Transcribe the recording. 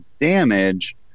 damage